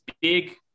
big